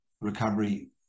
recovery